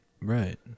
Right